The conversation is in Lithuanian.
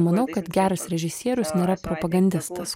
manau kad geras režisierius nėra propagandistas